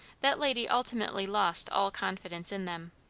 that lady ultimately lost all confidence in them.